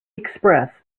express